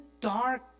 dark